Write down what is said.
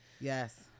Yes